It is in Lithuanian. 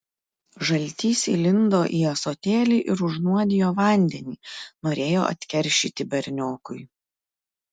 žaltys įlindo į ąsotėlį ir užnuodijo vandenį norėjo atkeršyti berniokui